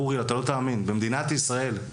במדינת ישראל,